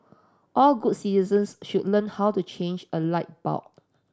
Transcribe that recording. all good citizens should learn how to change a light bulb